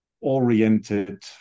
oriented